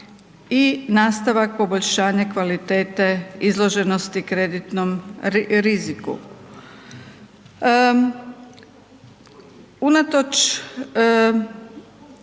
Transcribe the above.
i nastavak poboljšanja kvalitete izloženosti kreditnom riziku. Unatoč